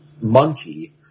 monkey